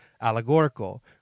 allegorical